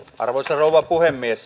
arvoisa rouva puhemies